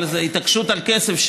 אבל זאת התעקשות על כסף,